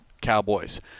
Cowboys